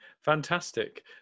fantastic